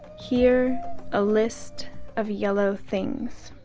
here a list of yellow things.